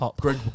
Greg